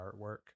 artwork